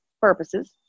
purposes